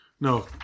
No